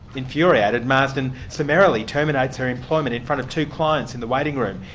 infuriated, marsden summarily terminates her employment in front of two clients in the waiting room,